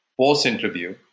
post-interview